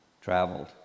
Traveled